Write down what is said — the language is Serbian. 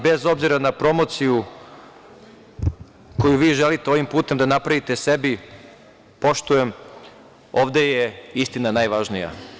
Bez obzira na promociju koju vi želite ovim putem da napravite sebi, poštujem, ovde je istina najvažnija.